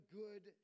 good